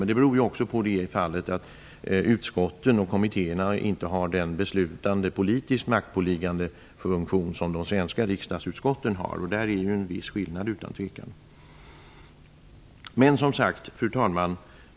Men det beror också på att utskotten och kommittéerna inte har den beslutande politiska maktpåliggande funktion som de svenska riksdagsutskotten har. Där är ju utan tvekan en viss skillnad. Fru talman!